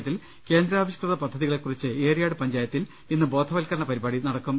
ഖ്യത്തിൽ കേന്ദ്രാവിഷ്കൃത പദ്ധതികളെകുറിച്ച് എറിയാട് പഞ്ചായത്തിൽ ഇന്ന് ബോധവൽക്കരണ പരിപാടി നടക്കും